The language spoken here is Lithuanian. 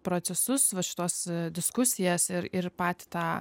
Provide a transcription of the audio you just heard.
procesus va šituos diskusijas ir ir patį tą